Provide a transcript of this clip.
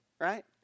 right